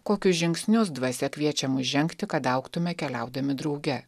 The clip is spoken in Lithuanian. kokius žingsnius dvasia kviečia mus žengti kad augtume keliaudami drauge